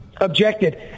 objected